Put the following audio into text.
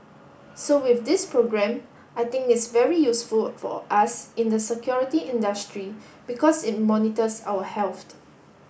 so with this program I think it's very useful for us in the security industry because it monitors our health